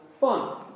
fun